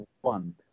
one